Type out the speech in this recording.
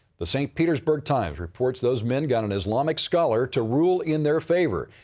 the st. petersburg times reports those men got an islamic scholar to rule in their favor,